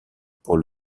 pour